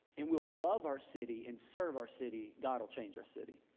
and we'll love our city and serve our city, god will change our city.